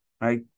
Right